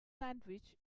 sandwich